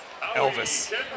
Elvis